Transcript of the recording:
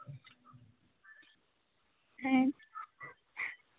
ᱦᱮᱸ